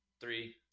three